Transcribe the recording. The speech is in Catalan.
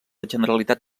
generalitat